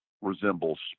resembles